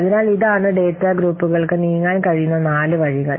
അതിനാൽ ഇതാണ് ഡാറ്റാ ഗ്രൂപ്പുകൾക്ക് നീങ്ങാൻ കഴിയുന്ന നാല് വഴികൾ